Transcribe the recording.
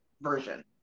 version